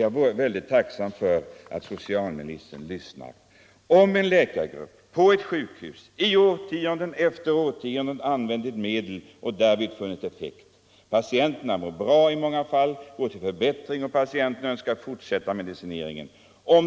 Jag vore tacksam om socialministern lyssnade nu: Om en läkargrupp på ett sjukhus i årtionden använt ett medel och därvid funnit att det har effekt, om patienterna mår bra och går till förbättring och vill fortsätta medicineringen, om